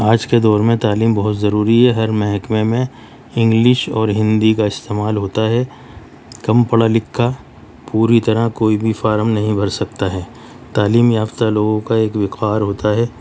آج کے دور میں تعلیم بہت ضروری ہے ہر محکمہ میں انگلش اور ہندی کا استعمال ہوتا ہے کم پڑھا لکھا پوری طرح کوئی بھی فارم نہیں بھرسکتا ہے تعلیم یافتہ لوگوں کا ایک وقار ہوتا ہے